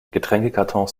getränkekartons